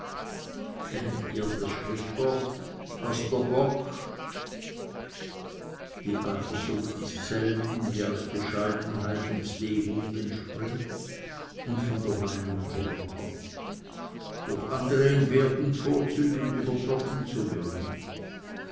kennt ihr das sprüchwort was der bock die eifersucht ist selten die aus bescheidenheit und demut entspringt und von der meinung herkommt durch andere in wert und vorzügen übertroffen zu werden